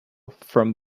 from